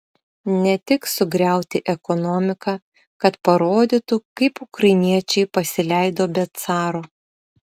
ne tik sugriauti ekonomiką kad parodytų kaip ukrainiečiai pasileido be caro